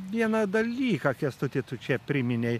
vieną dalyką kęstuti tu čia priminei